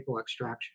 extraction